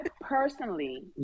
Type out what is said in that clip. personally